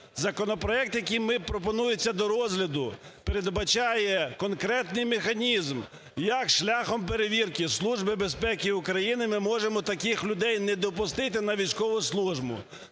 Законопроект, який ми… пропонується до розгляду, передбачає конкретний механізм, як шляхом перевірки Служби безпеки України ми можемо таких людей не допустити на військову службу.